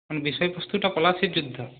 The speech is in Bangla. মানে বিষয়বস্তুটা পলাশির যুদ্ধ